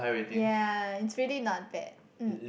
ya it's really not bad mmm